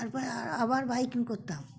তারপরে আর আবার বাইকিং করতাম